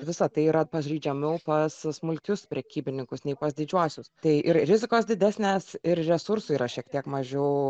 visa tai yra pažeidžiamiau pas smulkius prekybininkus nei pas didžiuosius tai ir rizikos didesnės ir resursų yra šiek tiek mažiau